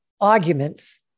arguments